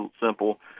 simple